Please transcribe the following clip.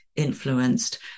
influenced